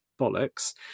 bollocks